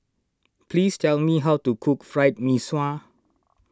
please tell me how to cook Fried Mee Sua